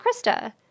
Krista